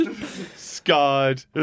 scarred